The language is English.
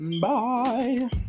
Bye